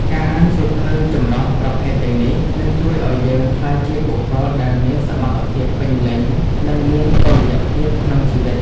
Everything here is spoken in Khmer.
ការអានសៀវភៅចម្រុះប្រភេទទាំងនេះ នឹងជួយឱ្យយើងក្លាយជាបុគ្គលដែលមានសមត្ថភាពពេញលេញ និងមានតុល្យភាពក្នុងជីវិត។